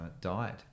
diet